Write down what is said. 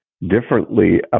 differently